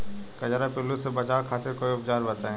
कजरा पिल्लू से बचाव खातिर कोई उपचार बताई?